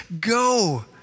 go